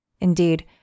Indeed